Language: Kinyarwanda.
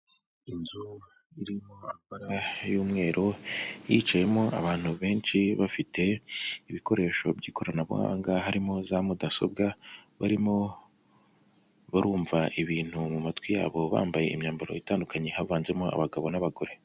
Inzu irimo amabara y'umweru hicayemo abantu benshi bafite ibikoresho by'ikoranabuhanga, harimo za mudasobwa, barimo barumva ibintu mu matwi yabo bambaye imyambaro itandukanye havanzemo abagabo n'abagore.